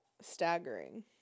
staggering